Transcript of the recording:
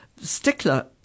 stickler